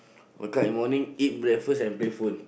wake up in morning eat breakfast and play phone